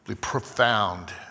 profound